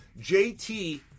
JT